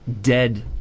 dead